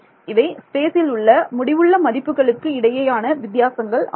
இவை ஸ்பேசில் உள்ள முடிவுள்ள மதிப்புகளுக்கு இடையேயான வித்தியாசங்கள் ஆகும்